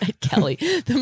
Kelly